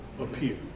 appear